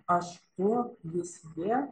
aš tu jis ji